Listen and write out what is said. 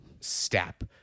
step